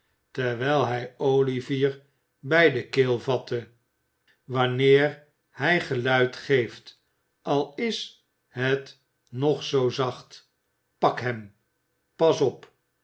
terwijl hij olivier bij de keel vatte wanneer hij geluid geeft al is het nog zoo zacht pak hem pas op